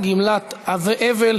גמלת אבל),